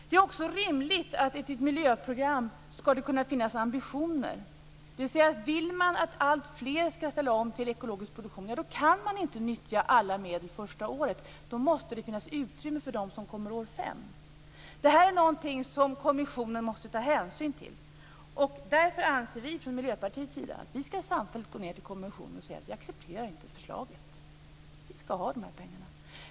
Det är också rimligt att det i ett miljöprogram ska kunna finnas ambitioner, dvs. att om man vill att alltfler ska ställa om till ekologisk produktion så kan man inte nyttja alla medel första året. Då måste det finns utrymme för dem som kommer år fem. Det här är någonting som kommissionen måste ta hänsyn till. Därför anser vi från Miljöpartiets sida att vi samfällt ska vända oss till kommissionen och säga att vi inte accepterar förslaget och att vi ska ha de här pengarna.